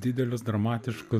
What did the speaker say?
didelius dramatiškus